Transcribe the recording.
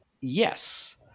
Yes